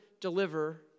deliver